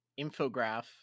infograph